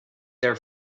their